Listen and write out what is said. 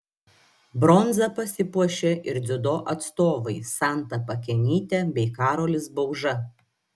bronza pasipuošė ir dziudo atstovai santa pakenytė bei karolis bauža